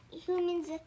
humans